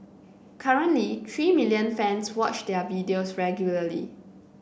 currently three million fans watch their videos regularly